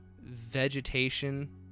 vegetation